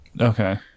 Okay